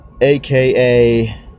aka